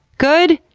good?